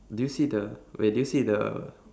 do you see the wait do you see the